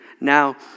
now